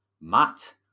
Matt